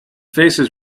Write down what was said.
faces